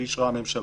שאישרה הממשלה.